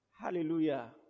Hallelujah